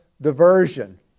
diversion